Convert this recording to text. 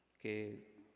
que